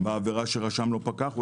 בעבירה שרשם לו פקח,